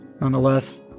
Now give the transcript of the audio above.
nonetheless